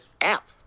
app